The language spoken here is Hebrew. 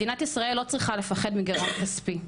מדינת ישראל לא צריכה לפחד מגירעון כספי,